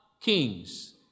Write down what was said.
kings